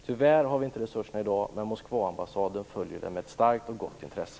Tyvärr har vi inte resurserna i dag, men Moskvaambassaden följer det här med ett starkt och gott intresse.